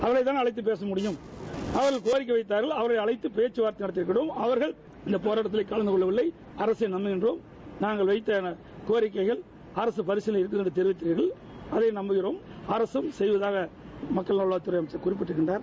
அவர்களை அழைத்தகானே பேச முடியும் அவர்கள் கோரிக்கை வைத்தார்கள் அவர்களை அழைத்து பேச்க வார்த்தை நடத்தியிருக்கிறோம் அவர்களும் இந்தப் போராட்டத்தில் கலந்து கொள்ளவில்லை அரசை நம்புகின்றோம் நாங்கள் வைத்த கோரிக்கைகளை அரசு பரிசீலிக்கும் என்று கூறியதை நாங்கள் நம்புகிறோம் அரகம் செய்வதாக மக்கள் நல்வாழ்வுத்தறை அமைச்சர் கறியிருந்தார்